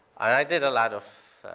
i did a lot of